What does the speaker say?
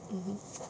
mmhmm